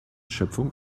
schöpfung